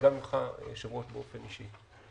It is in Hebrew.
וגם ממך, היושב-ראש, באופן אישי.